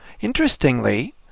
Interestingly